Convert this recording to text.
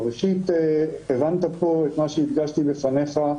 ראשית הבנת פה את מה שהדגשתי בפניך,